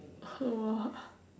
!wah!